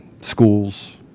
schools